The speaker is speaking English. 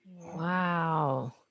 Wow